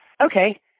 okay